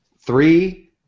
Three